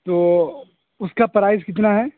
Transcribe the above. تو اس کا پرائز کتنا ہے